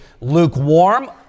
lukewarm